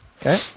Okay